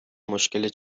مشکل